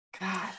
god